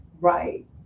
Right